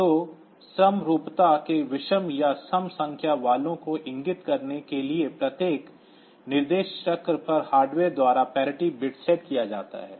तो समरूपता में विषम या सम संख्या वालों को इंगित करने के लिए प्रत्येक निर्देश साइकिल पर हार्डवेयर द्वारा बिट सेट किया जाता है